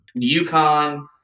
UConn